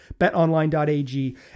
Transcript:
betonline.ag